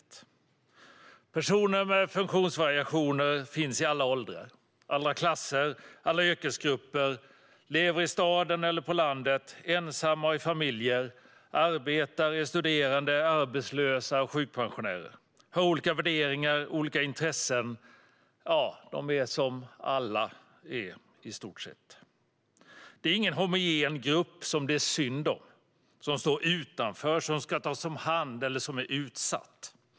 Personer med funktionsvariationer finns i alla åldrar, klasser och yrkesgrupper. De lever i staden och på landet, ensamma och i familjer. De arbetar, de är studerande, de är arbetslösa och de är sjukpensionärer. De har olika värderingar och olika intressen. De är i stort sett som alla är. Det är ingen homogen grupp som det är synd om, som står utanför, som man ska ta hand om eller som är utsatt.